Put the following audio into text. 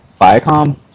Viacom